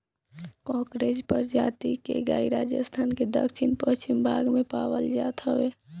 कांकरेज प्रजाति के गाई राजस्थान के दक्षिण पश्चिम भाग में पावल जात हवे